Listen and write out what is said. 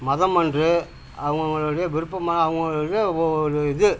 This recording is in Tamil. மதம்மன்று அவங்க அவங்களுடைய விருப்பம் அவங்களுடைய ஒவ்வொரு இது